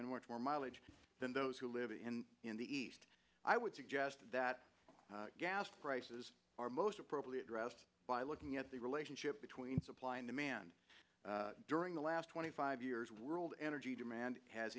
much more mileage than those who live in in the east i would suggest that gas prices are most probably addressed by looking at the relationship between supply and demand during the last twenty five years world energy demand has